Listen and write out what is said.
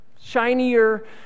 shinier